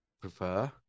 prefer